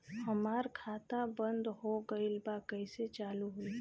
हमार खाता बंद हो गईल बा कैसे चालू होई?